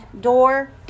door